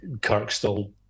Kirkstall